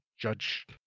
Judge